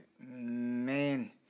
man